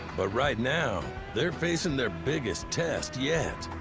but right now, they're facing their biggest test yet